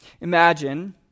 Imagine